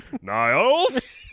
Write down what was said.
Niles